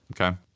Okay